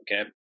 okay